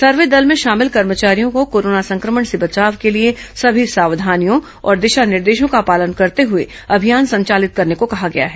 सर्वे दल में शामिल कर्मचारियों को कोरोना संक्रमण से बचाव के लिए सभी सावधानियों और दिशा निर्देशों का पालन करते हुए अभियान संचालित करने कहा गया है